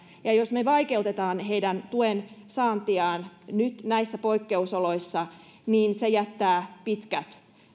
ja jos me vaikeutamme heidän tuensaantiaan nyt näissä poikkeusoloissa niin se jättää pitkät